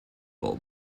bulb